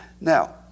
Now